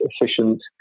efficient